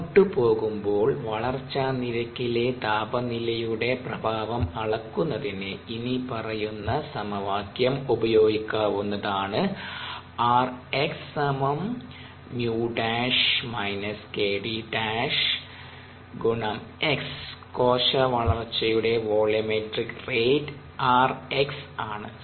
മുന്നോട്ടു പോകുമ്പോൾ വളർച്ചാ നിരക്കിലെ താപനിലയുടെ പ്രഭാവം അളക്കുന്നതിന് ഇനിപ്പറയുന്ന സമവാക്യം ഉപയോഗിക്കാവുന്നതാണ് കോശവളർച്ചയുടെ വോളിയംമെട്രിക് റേറ്റ് Rx X ആണ്